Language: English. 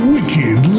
Wicked